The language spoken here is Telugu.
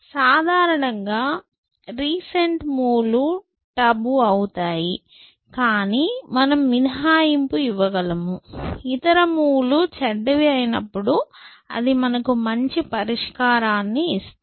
సాధారణంగా రీసెంట్ మూవ్ లు టబు అవుతాయి కానీ మనం మినహాయింపు ఇవ్వగలము ఇతర మూవ్ లు చెడ్డవి అయినప్పుడు అది మనకు మంచి పరిష్కారాన్ని ఇస్తుంది